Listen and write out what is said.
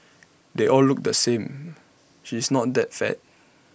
they all look the same she's not that fat